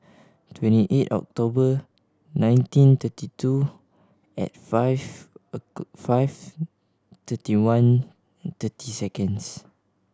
twenty eight October nineteen thirty two at five five thirty one thirty seconds